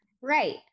Right